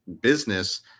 business